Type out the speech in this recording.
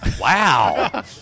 Wow